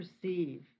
perceive